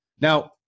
Now